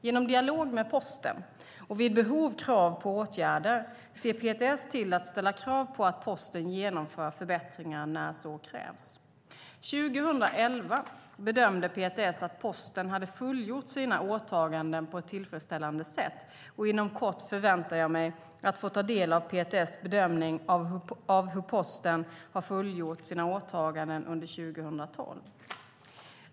Genom dialog med Posten, och vid behov krav på åtgärder, ser PTS till att ställa krav på att Posten genomför förbättringar när så krävs. År 2011 bedömde PTS att Posten hade fullgjort sina åtaganden på ett tillfredsställande sätt, och inom kort förväntar jag mig att få ta del av PTS bedömning av hur Posten har fullgjort sina åtaganden under 2012.